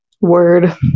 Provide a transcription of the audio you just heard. word